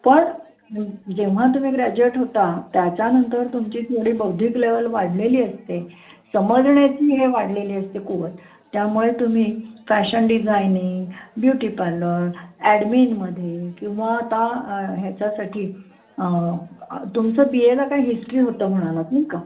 पण जेव्हा तुम्ही ग्रॅज्युएट होता त्याच्यानंतर तुमची थोडी बौद्धिक लेवल वाढलेली असते समजण्याची हे वाढलेली असते कुवत त्यामुळे तुम्ही फॅशन डिझायनिंग ब्युटी पार्लर ॲडमिनमध्ये किंवा आता ह्याच्यासाठी तुमचं बी एला काय हिस्ट्री होतं म्हणालात नाही का